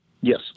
Yes